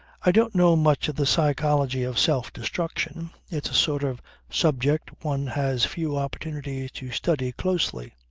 i don't know much of the psychology of self-destruction. it's a sort of subject one has few opportunities to study closely.